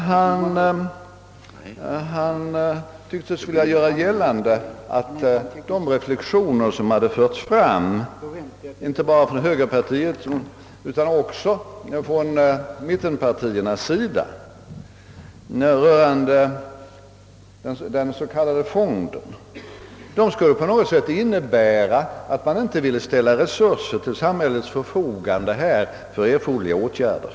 Han tycktes vilja göra gällande att de reflexioner, som hade förts fram inte bara från högerpartiets utan också från mittenpartiernas sida rörande den s.k. fonden, på något sätt skulle innebära att man inte ville ställa resurser till samhällets förfogande för erforderliga åtgärder.